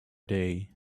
day